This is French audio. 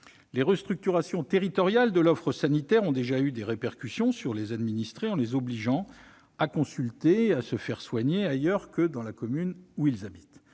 Les restructurations territoriales de l'offre sanitaire ont déjà eu des répercussions sur les administrés en les obligeant à consulter, à se faire soigner ailleurs que dans la commune où ils habitent.